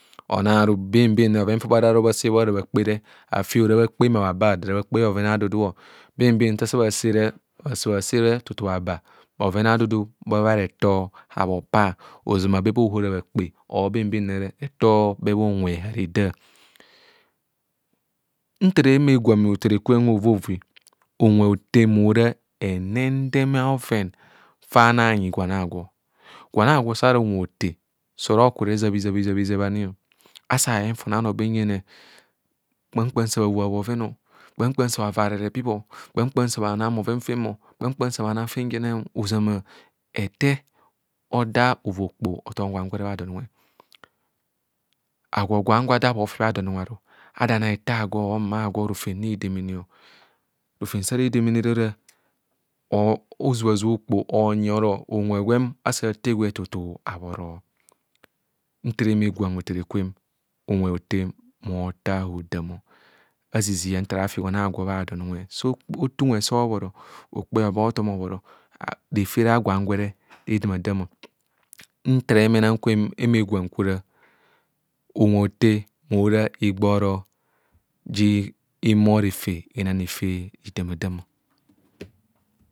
Onang aru bembem re nta asa bhasere, ahumo asa bhasere tutu bhaba bhoven adudu be bha reto haopa oʒama be bha ohora habha kpe. Or bembem nre rotu bė bha unwe hareda. Nta era ema gwan hothere kwem hovovi, unwe hothee ma ora hinenueme a bhoven fa anang anyi gwan a gwo. Gwan agwo sa ora unwe hothee sa ora oku razebheʒabhezabhe ani. Ase ayeng fon ano benjene kpam kpam sa bhoa bhoven, kpam kpam sa bhavaare repibo. Kpam kpam sa bha anang bhoven fem mo, kpam kpam sa bha nang fenfene, oʒama ete odaạ ova okpoho othom gwan agwee bha don unwe. Agwo gwan gwa ada bhaofi bha don unwe ada anangete agwo or mma agwo nta rofem redemene. Rofem sa redemene re ozubha zubha okpoho onyi oro unwe gwan as athee gwe tutu abhiro. Nta era eme egwng hothere kwem, unwe hothee ma othaa hodaam. Azizia nta ara afi gwan agwo bha don unwe, so othee unwe so obhoro, okpe hobo a bothom obhoro, refer agwan gwere redamadam. Nnta era ema kwem eme egwau kwe ora unwe hothe ma ora igboro ja ihumo refer enang refer redamadam o.